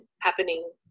happening